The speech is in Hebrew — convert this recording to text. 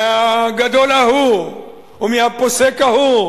מהגדול ההוא או מהפוסק ההוא,